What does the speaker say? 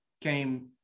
came